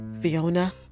Fiona